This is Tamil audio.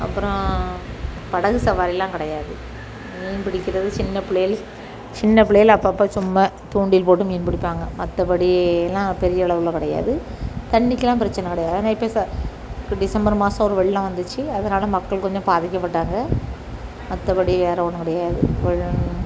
அப்பறம் படகு சவாரிலாம் கிடையாது மீன் பிடிக்குறது சின்னப் பிள்ளைகள் சின்னப் புள்ளைகள் அப்போ அப்போ சும்மா துண்டில் போட்டு மீன் பிடிப்பாங்க மற்றப்படிலாம் பெரிய அளவில் கிடையாது தண்ணிக்கெல்லாம் பிரச்சனை கிடையாது அதலாம் இப்போ இப்போ டிசம்பர் மாதம் ஒரு வெள்ளம் வந்துச்சு அதனால மக்கள் கொஞ்சம் பாதிக்கப்பட்டாங்க மற்றபடி வேறு ஒன்றும் கிடையாது வெள்ளம்